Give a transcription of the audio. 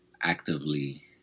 actively